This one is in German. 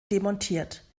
demontiert